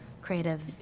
creative